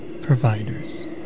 providers